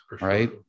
Right